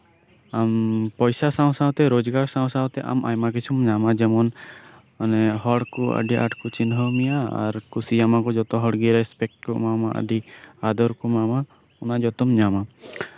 ᱟᱢ ᱯᱚᱭᱥᱟ ᱥᱟᱶ ᱥᱟᱶᱛᱮ ᱨᱳᱡᱽᱜᱟᱨ ᱥᱟᱶᱼᱥᱟᱶᱛᱮ ᱟᱭᱢᱟ ᱠᱤᱪᱷᱩᱢ ᱧᱟᱢᱟ ᱡᱮᱢᱚᱱ ᱦᱚᱲ ᱠᱚ ᱟᱹᱰᱤ ᱟᱸᱴ ᱠᱚ ᱪᱤᱱᱦᱟᱹᱣ ᱢᱮᱭᱟ ᱟᱨ ᱠᱩᱥᱤᱭᱟᱢᱟ ᱠᱚ ᱡᱚᱛᱚ ᱦᱚᱲ ᱜᱮ ᱨᱮᱹᱥᱯᱮᱹᱠᱴ ᱠᱚ ᱮᱢᱟᱢᱟ ᱟᱹᱰᱤ ᱟᱫᱚᱨ ᱠᱚ ᱮᱢᱟᱢᱟ ᱚᱱᱟ ᱡᱚᱛᱚᱢ ᱧᱟᱢᱟ